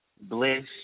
bliss